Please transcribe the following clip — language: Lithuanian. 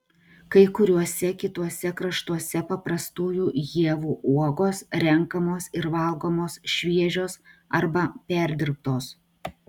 kai kuriuose kituose kraštuose paprastųjų ievų uogos renkamos ir valgomos šviežios arba perdirbtos